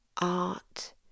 art